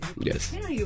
Yes